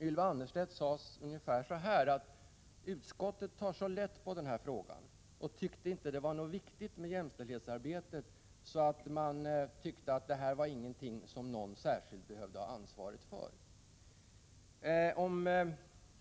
Ylva Annerstedt sade ungefär så här: Utskottet tog lätt på jämställdhetsarbetet och menade att det inte var så viktigt, och därför tyckte man inte att någon särskild person behöver ha ansvaret för det.